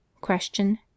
Question